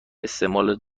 استعمال